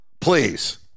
please